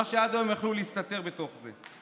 עד היום יכלו להסתתר בתוך זה.